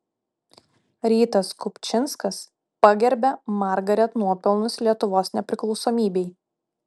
rytas kupčinskas pagerbia margaret nuopelnus lietuvos nepriklausomybei